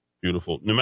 beautiful